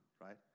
right